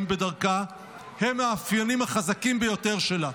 בדרכה הם המאפיינים החזקים ביותר שלה.